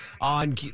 on